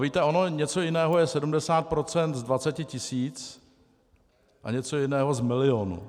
Víte, ono něco jiného je 70 % z 20 tisíc a něco jiného z milionu.